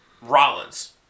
Rollins